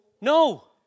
No